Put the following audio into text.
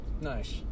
nice